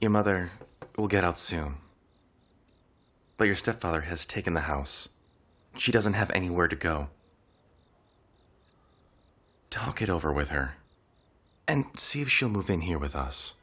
your mother will get out soon but your stepfather has taken the house she doesn't have anywhere to go talk it over with her and see if she'll move in here with us